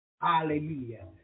Hallelujah